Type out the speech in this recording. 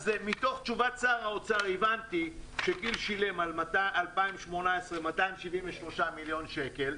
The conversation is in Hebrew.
אז מתוך תשובת שר האוצר הבנתי שכי"ל שילם על 2018 273 מיליון שקל.